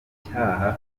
icyaha